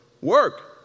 work